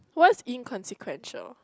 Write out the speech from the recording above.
what's inconsequential